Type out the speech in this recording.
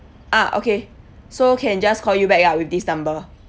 ah okay so can just call you back ya with this number